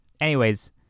Anyways-